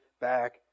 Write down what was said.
back